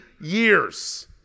years